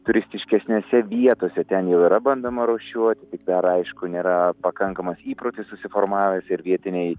turistiškesnėse vietose ten jau yra bandoma rūšiuot dar aišku nėra pakankamas įprotis susiformavęs ir vietiniai